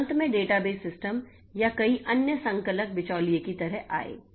और अंत में डेटाबेस सिस्टम या कई अन्य संकलक बिचौलिये की तरह आए